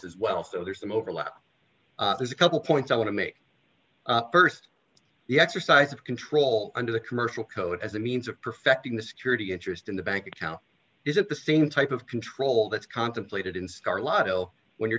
as well so there's some overlap there's a couple points i want to make st the exercise of control under the commercial code as a means of perfecting the security interest in the bank account isn't the same type of control that's contemplated in star lotto when you're